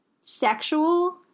sexual